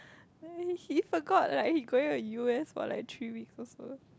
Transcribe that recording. and he forgot like he going to u_s for like three weeks also